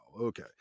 Okay